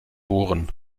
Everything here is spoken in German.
bohren